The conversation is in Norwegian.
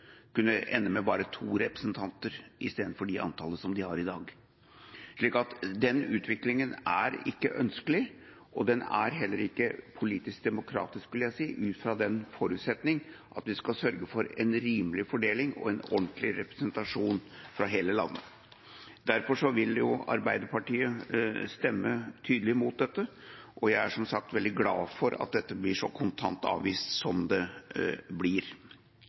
kunne ende med bare to representanter istedenfor det antallet som de har i dag. En slik utvikling er ikke ønskelig, og den er heller ikke politisk demokratisk – vil jeg si – ut fra den forutsetning at vi skal sørge for en rimelig fordeling og en ordentlig representasjon fra hele landet. Derfor vil Arbeiderpartiet stemme tydelig imot dette, og jeg er, som sagt, veldig glad for at dette blir så kontant avvist som det blir.